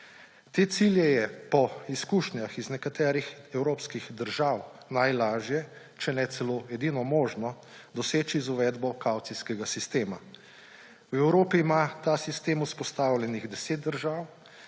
Te cilje je po izkušnjah iz nekaterih evropskih držav najlažje, če ne celo edino možno doseči z uvedbo kavcijskega sistema. V Evropi ima ta sistem vzpostavljenih 10 držav,